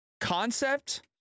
concept